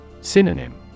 Synonym